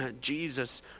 Jesus